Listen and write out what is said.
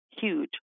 Huge